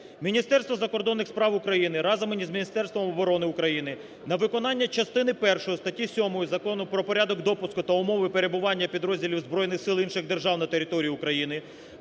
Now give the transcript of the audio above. Міністерство закордонних справ України разом з Міністерством оборони України на виконання частини першої статті 7 Закону про порядок допуску та умови перебування підрозділів збройних сил інших держав на території України